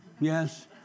yes